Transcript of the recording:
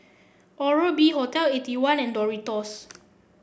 Oral B Hotel Eighty one and Doritos